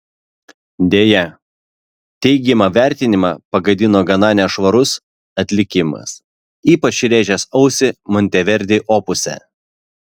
deja teigiamą vertinimą pagadino gana nešvarus atlikimas ypač rėžęs ausį monteverdi opuse